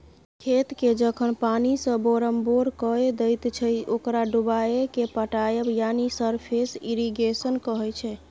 खेतकेँ जखन पानिसँ बोरमबोर कए दैत छै ओकरा डुबाएकेँ पटाएब यानी सरफेस इरिगेशन कहय छै